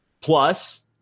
Plus